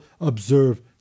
observe